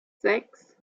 sechs